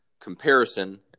comparison